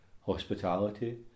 hospitality